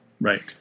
right